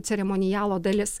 ceremonialo dalis